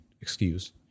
excuse